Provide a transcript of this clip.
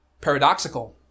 paradoxical